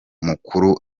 mukuru